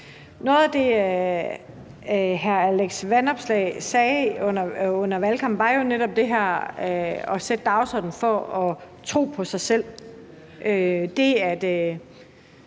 Noget af det, hr. Alex Vanopslagh sagde under valgkampen, var jo netop det her med at sætte en dagsorden om at tro på sig selv,